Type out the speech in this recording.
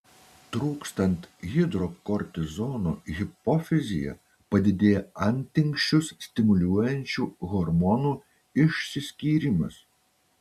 trūkstant hidrokortizono hipofizyje padidėja antinksčius stimuliuojančių hormonų išsiskyrimas